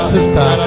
Sister